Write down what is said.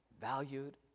valued